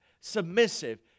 Submissive